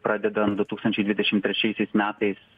pradedant du tūkstančiai dvidešim trečiaisiais metais